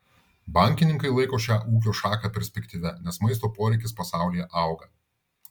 bankininkai laiko šią ūkio šaką perspektyvia nes maisto poreikis pasaulyje auga